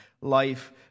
life